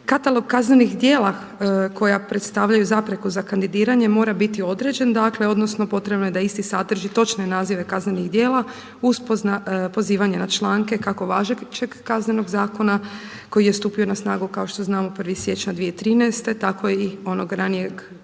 Katalog kaznenih djela koja predstavljaju zapreku za kandidiranje mora biti određen dakle odnosno potrebno je da isti sadrži točne nazive kaznenih djela uz pozivanje na članke kako važećeg Kaznenog zakona koji je stupio na snagu kao što znamo 1. siječnja 2013., tako i onog ranijeg